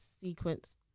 sequence